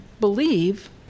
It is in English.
believe